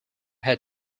had